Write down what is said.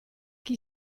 chi